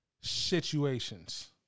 Situations